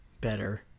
better